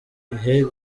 bihe